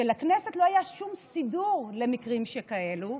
שלכנסת לא היה שום סידור למקרים כאלה.